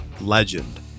legend